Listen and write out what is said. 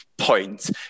point